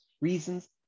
reasons